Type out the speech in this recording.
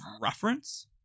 reference